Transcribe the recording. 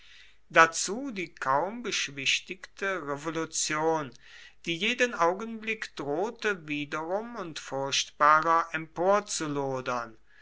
dazu die kaum beschwichtigte revolution die jeden augenblick drohte wiederum und furchtbarer emporzulodern